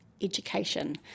education